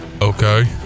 okay